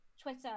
Twitter